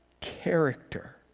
character